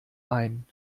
ein